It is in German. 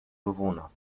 bewohner